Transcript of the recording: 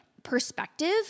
perspective